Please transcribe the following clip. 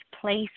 place